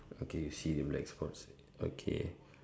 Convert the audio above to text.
okay you see the black spots okay